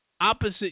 opposite